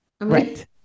Right